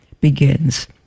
begins